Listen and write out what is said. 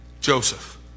Joseph